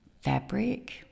fabric